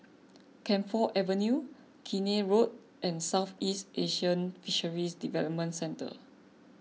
Camphor Avenue Keene Road and Southeast Asian Fisheries Development Centre